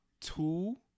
two